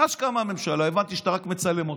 מאז שקמה הממשלה הבנתי שאתה רק מצלם אותם.